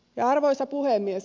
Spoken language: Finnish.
arvoisa puhemies